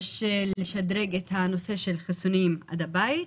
יש לשדרג את הנושא של חיסונים עד הבית,